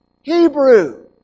Hebrew